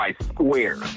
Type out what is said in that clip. square